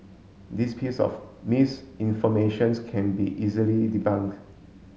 this piece of misinformation can be easily debunked